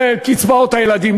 בקצבאות הילדים.